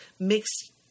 mixed